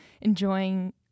Enjoying